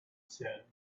said